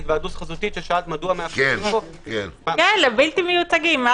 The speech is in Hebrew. היוועדות חזותית ששאלת - היו פה דיונים גם